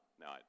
No